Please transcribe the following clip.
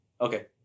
Okay